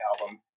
album